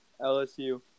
LSU